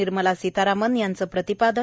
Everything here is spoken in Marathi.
निर्मला सीतरामन यांचं प्रतिपादन